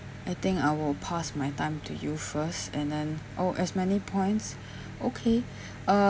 I think I will pass my time to you first and then oh as many points okay uh